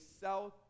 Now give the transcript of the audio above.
South